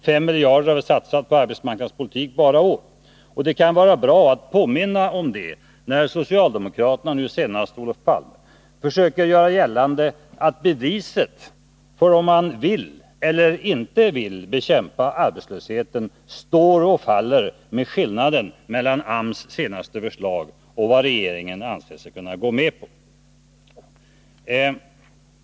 5 miljarder har vi satsat på arbetsmarknadspolitiken bara i år. Det kan vara bra att påminna om det, när socialdemokraterna och nu senast Olof Palme försöker göra gällande att beviset för om man vill eller inte vill bekämpa arbetslösheten står och faller med skillnaden mellan AMS senaste förslag och vad regeringen anser sig kunna gå med på.